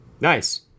Nice